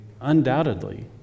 undoubtedly